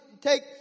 take